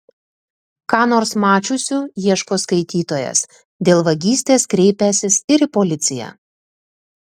ką nors mačiusių ieško skaitytojas dėl vagystės kreipęsis ir į policiją